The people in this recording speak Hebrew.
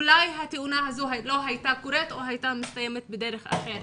אולי התאונה הזאת לא הייתה קורית או הייתה מסתיימת בדרך אחרת.